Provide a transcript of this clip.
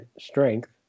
strength